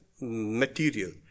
material